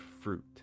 fruit